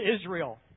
Israel